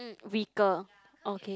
mm weaker okay